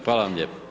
Hvala vam lijepo.